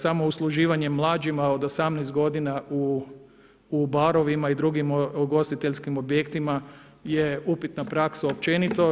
Samo usluživanje mlađima od 18 godina u barovima i drugim ugostiteljskim objektima je upitna praksa općenito.